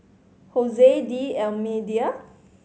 D'Almeida